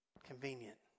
convenient